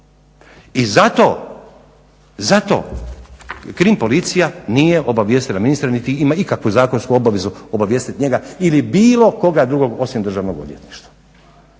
I zato Krim policija nije obavijestila ministre niti ima ikakvu zakonsku obavezu obavijestiti njega ili bilo koga drugog osim Državnog odvjetništva.